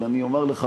אבל אני אומר לך,